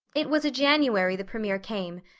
it was a january the premier came,